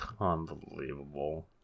Unbelievable